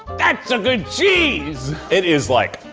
that's a good cheese! it is like,